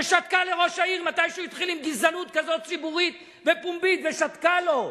ששתקה לראש העיר כשהוא התחיל עם גזענות ציבורית כזאת בפומבי ושתקה לו.